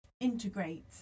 integrate